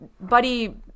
Buddy